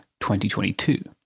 2022